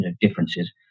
differences